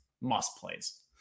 must-plays